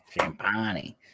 Champagne